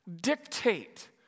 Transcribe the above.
dictate